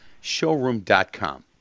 showroom.com